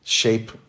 shape